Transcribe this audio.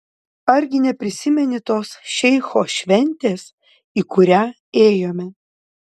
argi neprisimeni tos šeicho šventės į kurią ėjome